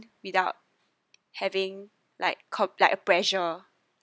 without having like cope like a pressure